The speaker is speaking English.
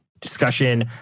discussion